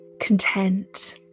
content